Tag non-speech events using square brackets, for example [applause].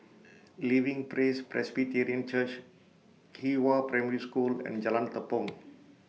Living Praise Presbyterian Church Qihua Primary School and Jalan Tepong [noise]